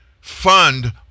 fund